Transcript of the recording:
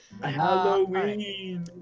Halloween